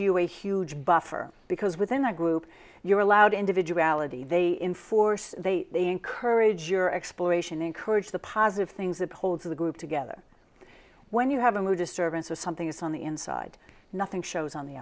you a huge buffer because within a group you're allowed individuality they inforce they encourage your exploration encourage the positive things that holds the group together when you have a mood disturbance or something it's on the inside nothing shows on the